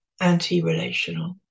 anti-relational